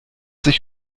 sich